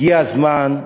הגיע הזמן.